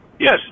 Yes